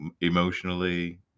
emotionally